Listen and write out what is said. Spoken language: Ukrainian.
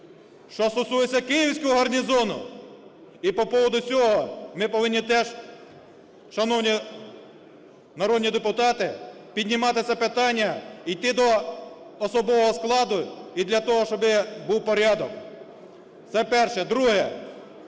Що стосується Київського гарнізону і по поводу цього ми повинні теж, шановні народні депутати, піднімати це питання, йти до особового складу і для того, щоб був порядок. Це перше. Друге.